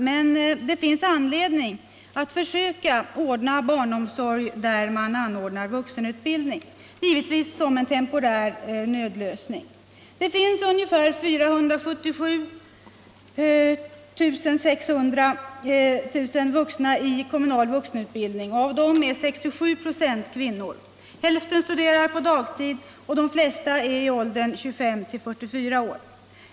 Men det finns anledning att försöka ordna barnomsorg där man anordnar vuxenutbildning — givetvis som en temporär nödlösning. Det finns ungefär 147 600 vuxna i kommunal vuxenutbildning, och av'dem är 67 26 kvinnor. Hälften studerar på dagtid. och' de flesta är i åldern 25—44 år.